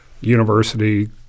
University